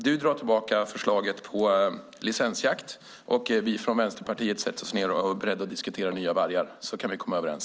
Du drar tillbaka förslaget om licensjakt och vi i Vänsterpartiet är beredda att diskutera nya vargar, så kan vi komma överens.